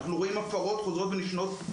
אנחנו רואים הפרות חוזרות ונשנות.